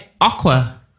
Aqua